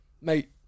mate